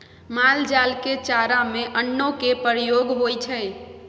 माल जाल के चारा में अन्नो के प्रयोग होइ छइ